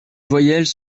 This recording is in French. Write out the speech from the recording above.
voyelles